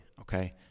okay